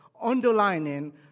Underlining